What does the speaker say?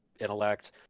intellect